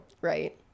right